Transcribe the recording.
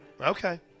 Okay